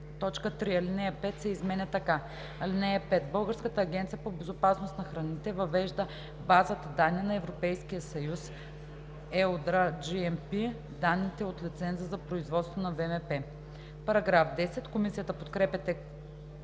3. Алинея 5 се изменя така: „(5) Българската агенция по безопасност на храните въвежда в базата данни на Европейския съюз (EudraGMP) данните от лиценза за производство на ВМП.“ Комисията подкрепя